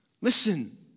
Listen